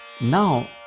Now